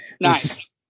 nice